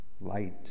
light